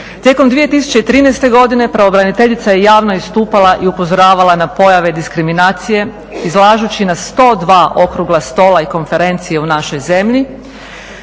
Tijekom 2013. godine pravobraniteljica je javno istupala i upozoravala na pojave diskriminacije izlažući na 102 okrugla stola i konferencije u našoj zemlji,